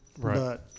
Right